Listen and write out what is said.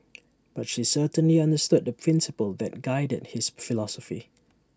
but she certainly understood the principle that guided his philosophy